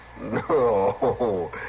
No